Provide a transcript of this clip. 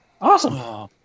Awesome